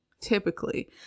typically